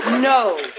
No